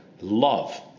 love